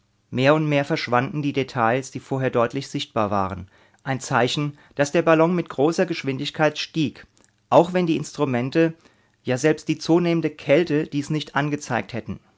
mehr und mehr verschwanden die details die vorher deutlich sichtbar waren ein zeichen daß der ballon mit großer geschwindigkeit stieg auch wenn die instrumente ja selbst die zunehmende kälte dies nicht angezeigt hätten